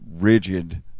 rigid